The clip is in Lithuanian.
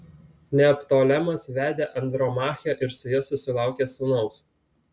neoptolemas vedė andromachę ir su ja susilaukė sūnaus